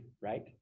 right